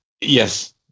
yes